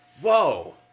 whoa